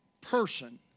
person